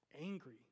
angry